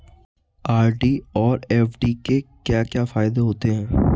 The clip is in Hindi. आर.डी और एफ.डी के क्या क्या फायदे होते हैं?